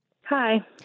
Hi